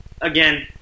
again –